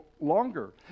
longer